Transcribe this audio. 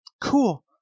Cool